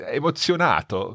emozionato